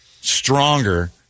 stronger